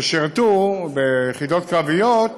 ששירתו ביחידות קרביות,